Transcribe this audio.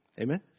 Amen